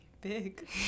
big